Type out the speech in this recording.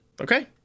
Okay